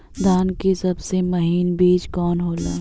धान के सबसे महीन बिज कवन होला?